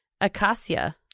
Acacia